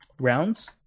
rounds